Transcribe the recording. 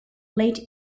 late